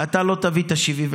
אתה לא תביא את ה-75%.